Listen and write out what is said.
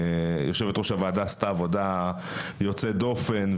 יושבת ראש הוועדה עשתה עבודה יוצאת דופן,